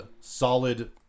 Solid